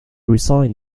resigned